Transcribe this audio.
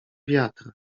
wiatr